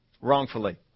wrongfully